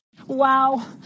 Wow